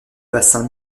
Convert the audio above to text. bassin